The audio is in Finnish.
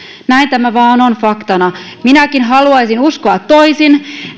näin tämä vain on faktana minäkin haluaisin uskoa toisin